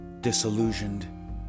disillusioned